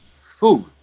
Food